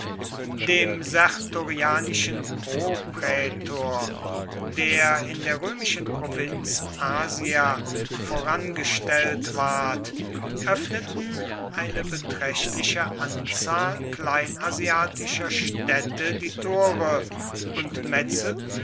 dem sertorianischen proprätor der in der römischen provinz asia vorangestellt ward öffneten eine beträchtliche anzahl kleinasiatischer städte die tore und